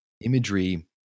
imagery